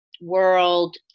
world